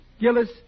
Gillis